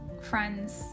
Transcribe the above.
friends